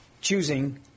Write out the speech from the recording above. choosing